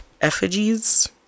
effigies